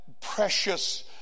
precious